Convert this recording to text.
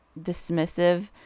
dismissive